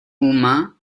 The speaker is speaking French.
uma